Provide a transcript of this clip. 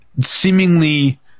seemingly